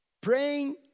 Praying